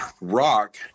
rock